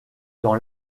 dans